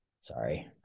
sorry